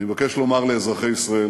אני מבקש לומר לאזרחי ישראל: